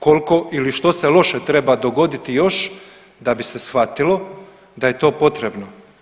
Koliko ili što se loše treba dogoditi još da bi se shvatilo da je to potrebno.